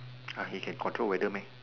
!huh! he can control weather meh